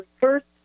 first